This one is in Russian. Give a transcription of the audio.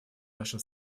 нашим